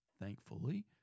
thankfully